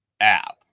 app